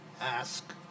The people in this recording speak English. ask